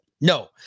No